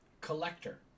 collector